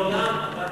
מעולם אתר,